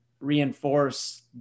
reinforce